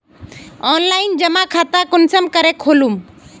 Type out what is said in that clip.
Online जमा खाता कुंसम करे खोलूम?